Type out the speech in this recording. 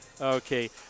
Okay